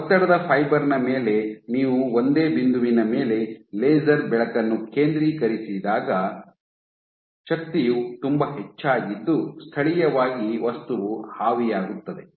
ಒತ್ತಡದ ಫೈಬರ್ ನ ಮೇಲೆ ನೀವು ಒಂದೇ ಬಿಂದುವಿನ ಮೇಲೆ ಲೇಸರ್ ಬೆಳಕನ್ನು ಕೇಂದ್ರೀಕರಿಸಿದಾಗ ಶಕ್ತಿಯು ತುಂಬಾ ಹೆಚ್ಚಾಗಿದ್ದು ಸ್ಥಳೀಯವಾಗಿ ವಸ್ತುವು ಆವಿಯಾಗುತ್ತದೆ